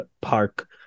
Park